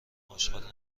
آشغال